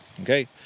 okay